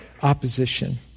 opposition